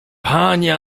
panie